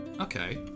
Okay